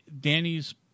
Danny's